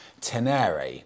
Tenere